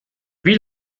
wie